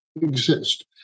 exist